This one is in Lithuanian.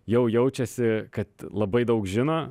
jau jaučiasi kad labai daug žino